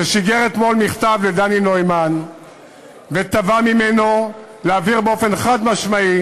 ששיגר אתמול מכתב לדני נוימן ותבע ממנו להבהיר באופן חד-משמעי